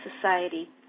society